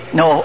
no